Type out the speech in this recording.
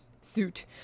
suit